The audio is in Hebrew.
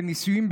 בנישואים,